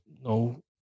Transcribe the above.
no